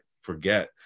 forget